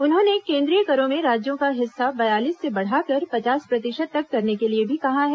उन्होंने केंद्रीय करों में राज्यों का हिस्सा बयालीस से बढ़ाकर पचास प्रतिशत तक करने के लिए भी कहा है